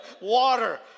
Water